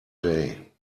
day